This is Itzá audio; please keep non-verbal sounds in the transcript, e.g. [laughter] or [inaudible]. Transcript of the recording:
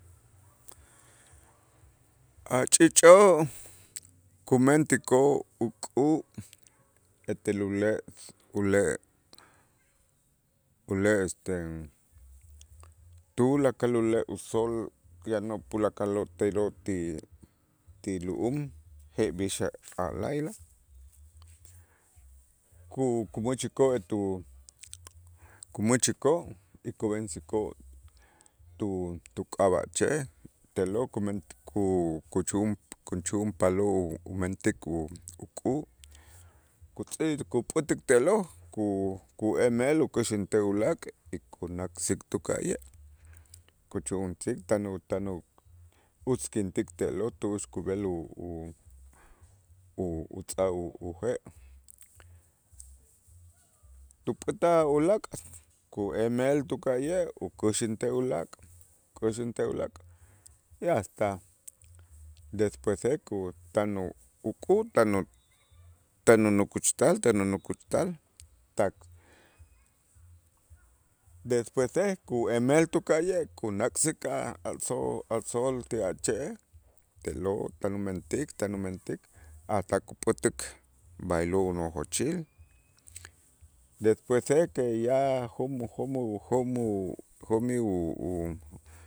A' ch'iich'oo' kumentikoo' uk'u' etel ule' ule' ule', este tulakal ule' usool yanoo' tulakaloo' te'lo' ti- ti lu'um jeb'ix a' ka' layla ku- kumächikoo' etu kumächikoo' y kub'ensikoo' tu- tuk'ab'a' che' te'lo' kument ku- kuchu'un- kuchu'unpaloo' umentik uk'u' kutz'ik kup'ätik te'lo' ku- ku emel ukuxäntej ulaak' y kunak'sik tuka'ye', kuchu'unsik tan u- tan u- utzkintik te'lo' tu'ux kub'el u- u- u- utz'aj u- uje' tup'äta' ulaak' [noise] ku emel tuka'ye' ukuxäntej ulaak', kuxäntej ulaak', ya hasta despuese tan u- uk'u' tan u- tan unuk kuxtal tan unuk kuxtal tak, despuese ku emel tuka'ye' kunak'sik a'-a' tzo a' tzo'ol ti a' che'ej te'lo' tan umentik, tan umentik a' ka' kup'ätik b'aylo' unojochil, despuese que ya jom- jom- jo'mij u- u